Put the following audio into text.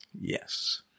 Yes